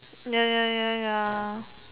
ya ya ya ya